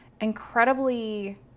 incredibly